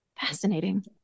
Fascinating